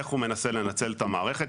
איך הוא מנסה לנצל את המערכת.